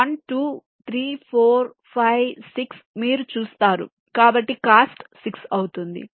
1 2 3 4 5 6 మీరు చూస్తారు కాబట్టి కాస్ట్ 6 అవుతుంది